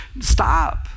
Stop